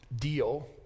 deal